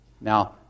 Now